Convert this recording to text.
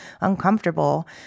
uncomfortable